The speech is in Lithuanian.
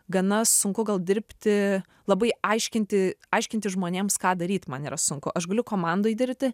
gana sunku gal dirbti labai aiškinti aiškinti žmonėms ką daryt man yra sunku aš galiu komandoj dirbti